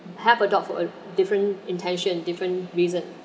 have a dog for a different intention different reason